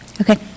Okay